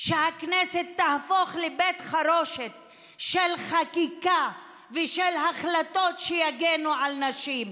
הכנסת תהפוך לבית חרושת של חקיקה ושל החלטות שיגנו על נשים.